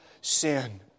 sin